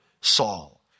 Saul